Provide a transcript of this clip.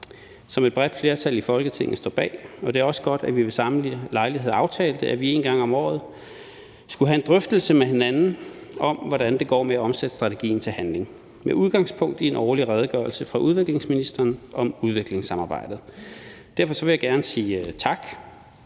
som et bredt flertal i Folketinget står bag. Det er også godt, at vi ved samme lejlighed aftalte, at vi en gang om året skal have en drøftelse med hinanden om, hvordan det går med at omsætte strategien til handling med udgangspunkt i en årlig redegørelse fra udviklingsministeren om udviklingssamarbejdet. Derfor vil jeg gerne sige tak